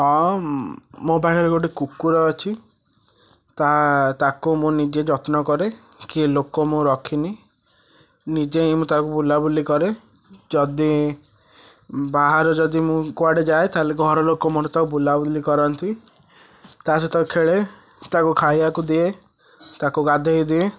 ହଁ ମୋ ପାଖରେ ଗୋଟେ କୁକୁର ଅଛି ତା ତାକୁ ମୁଁ ନିଜେ ଯତ୍ନ କରେ କିଏ ଲୋକ ମୁଁ ରଖିନି ନିଜେ ହିଁ ମୁଁ ତାକୁ ବୁଲାବୁଲି କରେ ଯଦି ବାହାରେ ଯଦି ମୁଁ କୁଆଡ଼େ ଯାଏ ତାହେଲେ ଘରଲୋକ ମୋର ତ ବୁଲାବୁଲି କରନ୍ତି ତା ସହିତ ଖେଳେ ତାକୁ ଖାଇବାକୁ ଦିଏ ତାକୁ ଗାଧେଇ ଦିଏ